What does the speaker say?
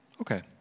okay